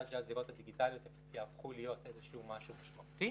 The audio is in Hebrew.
עד שהזירות הדיגיטליות יהפכו להיות איזשהו משהו משמעותי.